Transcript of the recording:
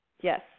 Yes